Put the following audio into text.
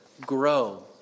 grow